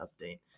update